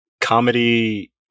comedy